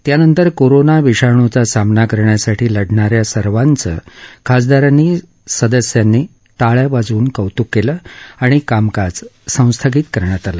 त्यानंतर कोरोना विषाणूचा सामना करण्यासाठी लढणा या सर्वांचं खासदारांनी सदस्यांनी टाळ्या वाजवून कौतुक केलं आणि कामकाज संस्थगित करण्यात आलं